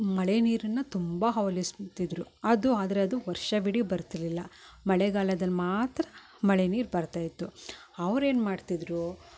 ಮಳೆ ನೀರನ್ನ ತುಂಬ ಅವ್ಲಂಬ್ಸ್ತಿದ್ದರು ಅದು ಆದ್ರೆ ಅದು ವರ್ಷವಿಡೀ ಬರ್ತಿರಲಿಲ್ಲ ಮಳೆಗಾಲದಲ್ಲಿ ಮಾತ್ರ ಮಳೆ ನೀರು ಬರ್ತಾ ಇತ್ತು ಅವ್ರು ಏನು ಮಾಡ್ತಿದ್ದರು